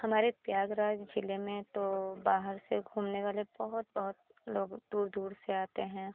हमारे प्रयागराज ज़ीले में तो बाहर से घूमने बहुत बहुत लोग दूर दूर से आते हैं